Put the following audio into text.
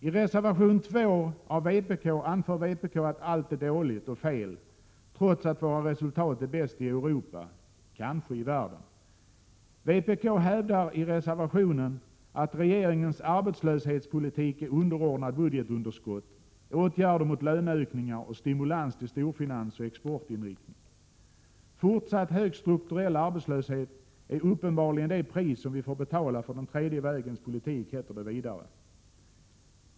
I reservation 2 av vpk anför vpk att allt är dåligt och fel, trots att våra resultat är bäst i Europa, kanske i världen. Vpk hävdar i reservationen att regeringens arbetslöshetspolitik är underordnad budgetunderskott, åtgärder mot löneökningar och stimulans till storfinans och exportinriktning. Fortsatt hög strukturell arbetslöshet är uppenbarligen det pris som vi får betala för den tredje vägens politik, heter det vidare.